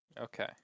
Okay